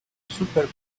super